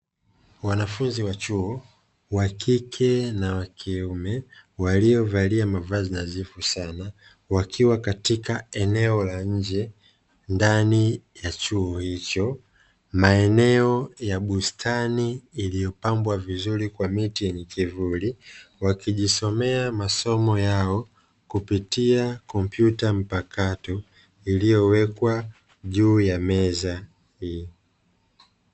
Wanafunzi wa chuo, wa kike na wa kiume waliovalia mavazi nadhifu sana. Wakiwa katika eneo la nje; ndani ya chuo hicho; maeneo ya bustani iliyopambwa vizuri kwa miti yenye kivuli, wakijisomea masomo yao kupitia kompyuta mpakato iliyowekwa juu ya meza hiyo.